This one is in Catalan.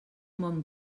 món